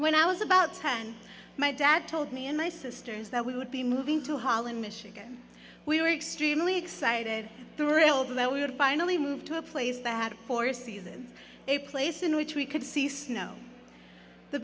when i was about ten and my dad told me and my sisters that we would be moving to holland michigan we were extremely excited thrilled that we would finally move to a place that had four seasons a place in which we could see snow the